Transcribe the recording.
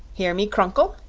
hear me crunkle?